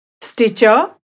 Stitcher